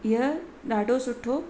इहो ॾाढो सुठो